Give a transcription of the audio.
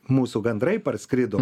mūsų gandrai parskrido